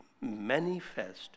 manifest